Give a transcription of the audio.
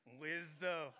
wisdom